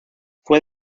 fue